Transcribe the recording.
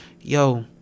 yo